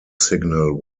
signal